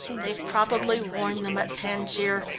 they've probably warned them at tangier.